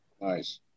Nice